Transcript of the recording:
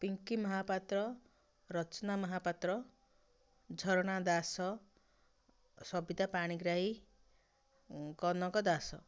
Pinki Mahapatra Rachana Mahapatra Jharana Das Sabita Panigrahi Kanak Das